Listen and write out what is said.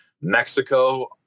Mexico